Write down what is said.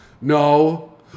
No